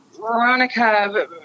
Veronica